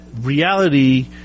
reality